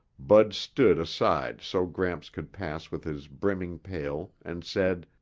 bud stood aside so gramps could pass with his brimming pail and said,